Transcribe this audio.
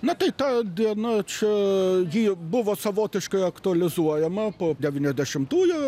na tai ta diena čia ji buvo savotiškai aktualizuojama po devyniasdešimtųjų